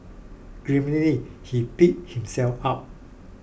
grimly he picked himself up